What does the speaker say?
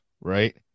right